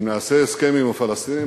אם נעשה הסכם עם הפלסטינים,